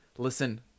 listen